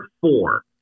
four